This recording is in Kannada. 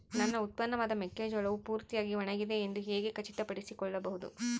ನನ್ನ ಉತ್ಪನ್ನವಾದ ಮೆಕ್ಕೆಜೋಳವು ಪೂರ್ತಿಯಾಗಿ ಒಣಗಿದೆ ಎಂದು ಹೇಗೆ ಖಚಿತಪಡಿಸಿಕೊಳ್ಳಬಹುದು?